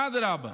אדרבה,